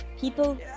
People